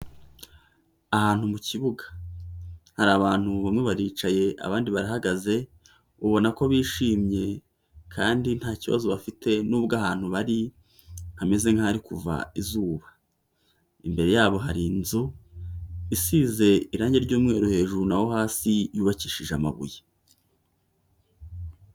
Ahantu mu kibuga, hari abantu bamwe baricaye abandi barahagaze, ubona ko bishimye kandi nta kibazo bafite n'ubwo ahantu bari hameze nk'ahari kuva izuba; imbere yabo hari inzu isize irangi ry'umweru hejuru, na ho hasi yubakishije amabuye.